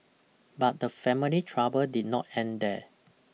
but the family trouble did not end there